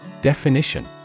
Definition